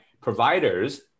providers